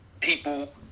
people